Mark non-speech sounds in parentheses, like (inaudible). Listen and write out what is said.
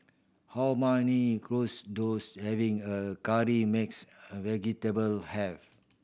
how many (unintelligible) does having a curry mixed a vegetable have